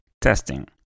testing